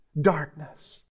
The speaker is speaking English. darkness